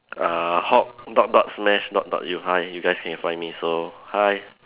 err hawk dot dot smash dot dot you hi you guys see can find me so hi